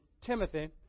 Timothy